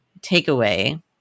takeaway